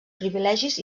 privilegis